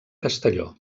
castelló